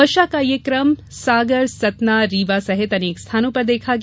वर्षा का यह क्रम सागर सतना रीवा सहित अनेक स्थानों पर देखा गया